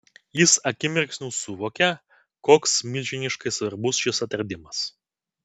jis akimirksniu suvokė koks milžiniškai svarbus šis atradimas